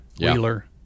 wheeler